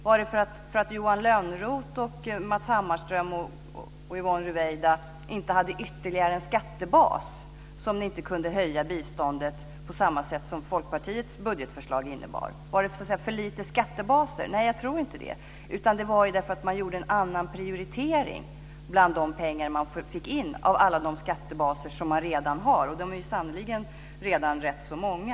Var det därför att Ruwaida inte hade ytterligare skattebaser som ni inte kunde höja biståndet på det sätt som Folkpartiets budgetförslag innebar? Var det alltså för lite skattebaser? Nej, jag tror inte det, utan skälet var att man gjorde en annan prioritering beträffande de pengar som man fick in av alla skattebaser som man redan har - och de är sannerligen redan rätt så många.